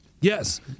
Yes